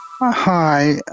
Hi